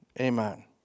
Amen